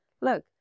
look